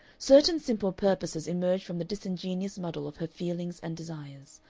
certain simple purposes emerged from the disingenuous muddle of her feelings and desires.